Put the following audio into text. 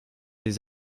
des